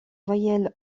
voyelles